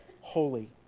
holy